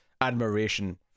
admiration